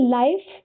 life